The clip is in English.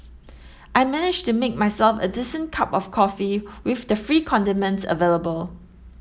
I managed to make myself a decent cup of coffee with the free condiments available